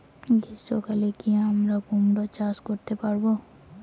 গ্রীষ্ম কালে কি আমরা কুমরো চাষ করতে পারবো?